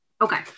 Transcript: Okay